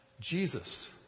Jesus